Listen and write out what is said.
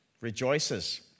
rejoices